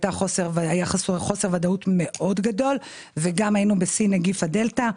היה חוסר ודאות מאוד גדול וגם היינו בשיא נגיף הדלתא.